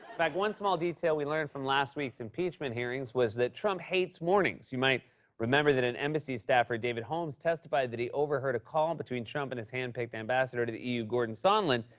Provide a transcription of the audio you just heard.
fact, one small detail we learned from last week's impeachment hearings was that trump hates mornings. you might remember that an embassy staffer, david holmes, testified that he overheard a call between trump and his hand-picked ambassador to the eu, gordon sondland,